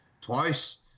Twice